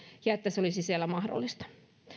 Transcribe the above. ja että se olisi siellä mahdollista